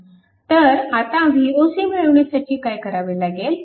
तर आता Voc मिळविण्यासाठी काय करावे लागेल